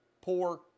poor